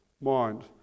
mind